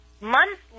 months